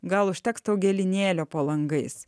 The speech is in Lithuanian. gal užteks tau gėlynėlio po langais